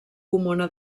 comuna